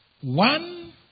one